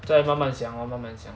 再慢慢想 lor 慢慢想